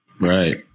right